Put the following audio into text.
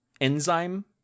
enzyme